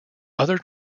other